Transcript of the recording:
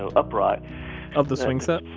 upright of the swing set?